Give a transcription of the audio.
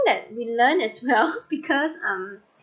that we learn as well because um